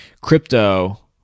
crypto